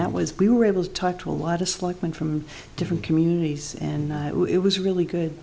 that was we were able to talk to a lot of slack men from different communities and it was really good